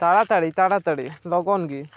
ᱛᱟᱲᱟᱛᱟᱹᱲᱤ ᱛᱟᱲᱟᱛᱟᱹᱲᱤ ᱞᱚᱜᱚᱱ ᱜᱮ